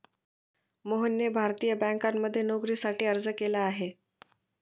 मोहनने भारतीय बँकांमध्ये नोकरीसाठी अर्ज केला आहे